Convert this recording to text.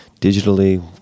digitally